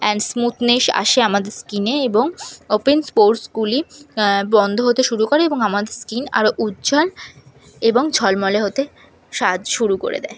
and smoothness আসে আমাদের স্কিনে এবং ওপেন পোরসগুলি বন্ধ হতে শুরু করে এবং আমাদের স্কিন আরও উজ্জ্বল এবং ঝলমলে হতে সাহায্য শুরু করে দেয়